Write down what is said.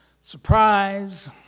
surprise